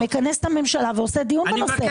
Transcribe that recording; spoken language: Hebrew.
מכנס את הממשלה ועושה דיון בנושא,